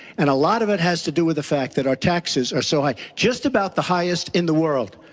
and a lot of that has to do with the fact that our taxes are so high. just about the highest in the world,